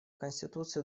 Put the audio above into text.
конституции